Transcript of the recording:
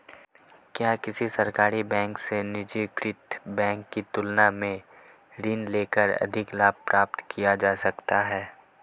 क्या किसी सरकारी बैंक से निजीकृत बैंक की तुलना में ऋण लेकर अधिक लाभ प्राप्त किया जा सकता है?